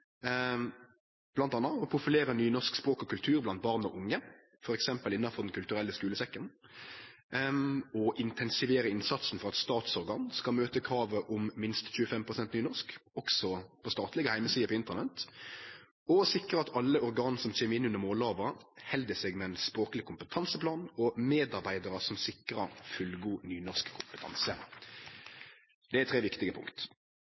bl.a. å profilere nynorsk språk og kultur blant barn og unge, f.eks. innanfor Den kulturelle skulesekken, å intensivere innsatsen for at statsorgan skal møte kravet om minst 25 pst. nynorsk også på statlege heimesider på Internett, og å sikre at alle organ som kjem inn under mållova, held seg med ein språkleg kompetanseplan og medarbeidarar som sikrar fullgod nynorsk kompetanse. Det er tre viktige punkt.